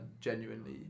genuinely